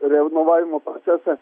renovavimo procesą